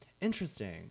Interesting